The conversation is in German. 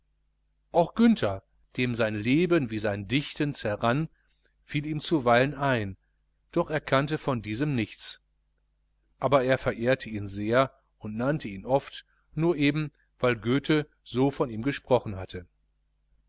auch günther dem sein leben wie sein dichten zerrann fiel ihm zuweilen ein doch kannte er von diesem nichts aber er verehrte ihn sehr und nannte ihn oft nur eben weil goethe so von ihm gesprochen hatte